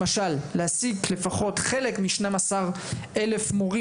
למשל להעסיק לפחות חלק מ-12,000 מורים